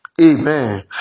Amen